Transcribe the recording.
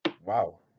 Wow